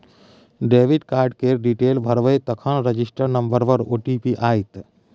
debit card केर detail भरबै तखन रजिस्टर नंबर पर ओ.टी.पी आएत